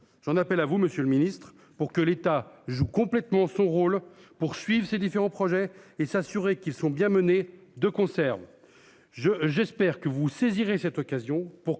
J'en appelle à vous Monsieur le Ministre, pour que l'État joue complètement son rôle poursuivent ces différents projets et s'assurer qu'ils sont bien menée de conserve je j'espère que vous saisirez cette occasion pour qu'un